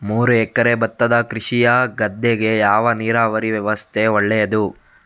ಮೂರು ಎಕರೆ ಭತ್ತದ ಕೃಷಿಯ ಗದ್ದೆಗೆ ಯಾವ ನೀರಾವರಿ ವ್ಯವಸ್ಥೆ ಒಳ್ಳೆಯದು?